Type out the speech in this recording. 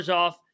off